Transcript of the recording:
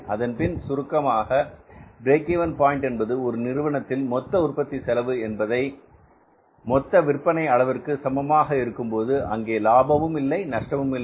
அதன்பின் சுருக்கமாக break even point என்பது ஒரு நிறுவனத்தில் மொத்த உற்பத்தி செலவு என்பது மொத்த விற்பனை அளவிற்கு சமமாக இருக்கும்போது அங்கே லாபமும் இல்லை நஷ்டமும் இல்லை